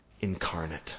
incarnate